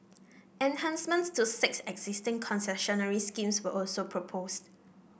enhancements to six existing concessionary schemes were also proposed